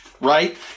Right